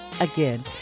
Again